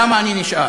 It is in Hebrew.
למה אני נשאר.